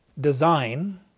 design